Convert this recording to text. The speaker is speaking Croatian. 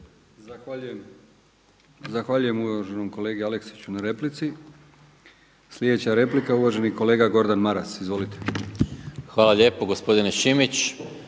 Zahvaljujem uvaženom kolegi Aleksiću na replici. Sljedeća replika uvaženi kolega Gordan Maras. Izvolite. **Maras, Gordan